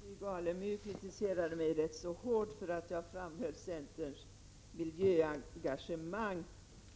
Herr talman! Stig Alemyr kritiserade mig rätt hårt för att jag framhöll centerns miljöengagemang.